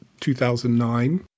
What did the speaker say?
2009